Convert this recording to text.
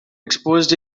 exposed